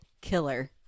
killer